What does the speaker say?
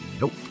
Nope